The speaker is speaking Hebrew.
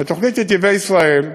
תוכנית "נתיבי ישראל"